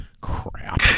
Crap